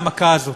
במכה הזאת.